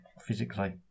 physically